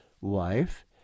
wife